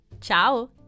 Ciao